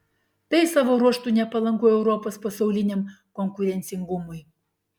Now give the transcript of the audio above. tai savo ruožtu nepalanku europos pasauliniam konkurencingumui